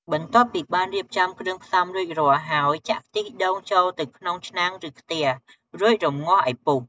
បន្ទាប់ពីបានរៀបចំគ្រឿងផ្សំរួចរាល់ហើយ ចាក់ខ្ទិះដូងចូល ទៅក្នុងឆ្នាំង ឬខ្ទះ រួច រម្ងាស់ឲ្យពុះ។